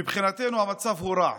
מבחינתנו המצב הוא רע,